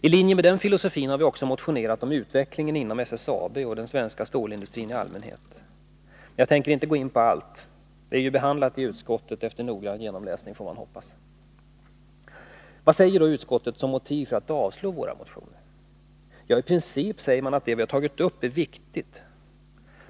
I linje med denna filosofi har vi också motionerat om utvecklingen inom SSAB och om den svenska stålindustrin i allmänhet. Men jag tänker inte gå in på allt. Det är ju behandlat i utskottet — efter noggrann genomläsning, får man hoppas. Vad säger då utskottet som motiv för att avslå våra motioner? I princip säger man att det vi tagit upp är viktigt.